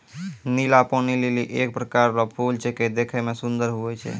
नीला पानी लीली एक प्रकार रो फूल छेकै देखै मे सुन्दर हुवै छै